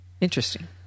Interesting